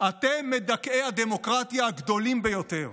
אתם מדכאי הדמוקרטיה הגדולים ביותר.